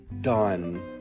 done